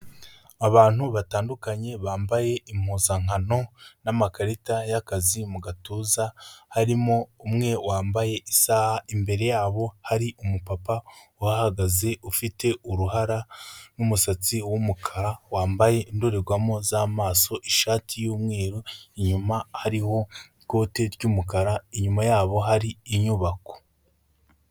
Abantu batandukanye bambaye impuzankano, n'amakarita y'akazi mu gatuza, harimo umwe wambaye isaha, imbere yabo hari umupapa uhahagaze ufite uruhara n'umusatsi w'umukara, wambaye indorerwamo z'amaso, ishati y'umweru, inyuma hariho ikote ry'umukara inyuma yabo hari inyubako.